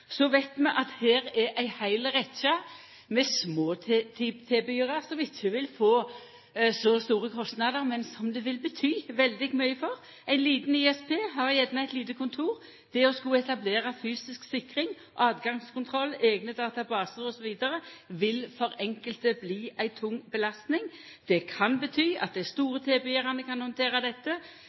Så veit vi at det er ei heil rekkje med små tilbydarar som ikkje vil få så store kostnader, men som det vil bety veldig mykje for. Ein liten ISP har gjerne eit lite kontor. Det å skulla etablera fysisk sikring, tilgangskontroll, eigne databasar osv. vil for enkelte bli ei tung belasting. Det kan bety at dei store tilbydarane kan handtera dette,